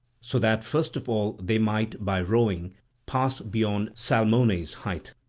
so that first of all they might by rowing pass beyond salmone's height.